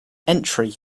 entry